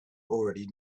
already